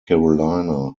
carolina